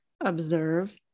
observe